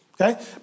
Okay